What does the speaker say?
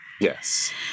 Yes